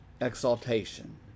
exaltation